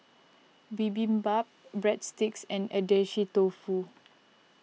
Bibimbap Breadsticks and Agedashi Dofu